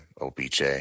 OBJ